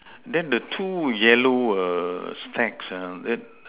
then the two yellow err stacks ah that